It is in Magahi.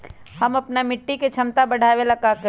हम अपना मिट्टी के झमता बढ़ाबे ला का करी?